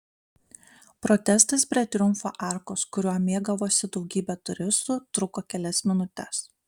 protestas prie triumfo arkos kuriuo mėgavosi daugybė turistų truko kelias minutes